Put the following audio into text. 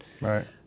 right